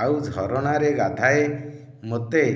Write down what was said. ଆଉ ଝରଣାରେ ଗାଧାଏ ମୋତେ